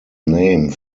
name